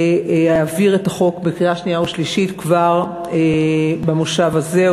להעביר את החוק בקריאה שנייה ושלישית כבר במושב הזה,